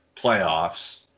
playoffs